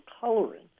coloring